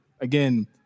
again